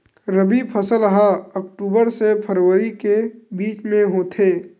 रबी फसल हा अक्टूबर से फ़रवरी के बिच में होथे